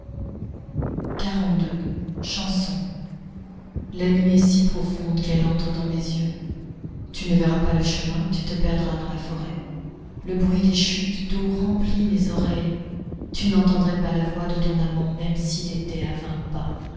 la nuit est si profonde qu'elle entre dans mes yeux tu ne verras pas le chemin tu te perdras dans la forêt le bruit des chutes d'eau remplit mes oreilles tu n'entendrais pas la voix de ton amant même s'il était à vingt pas